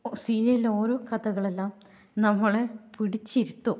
സീരിയലിൽ ഓരോ കഥകളെല്ലാം നമ്മളെ പിടിച്ചിരുത്തും